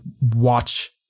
watch